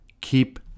keep